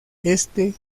este